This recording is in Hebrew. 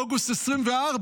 ובאוגוסט 2024,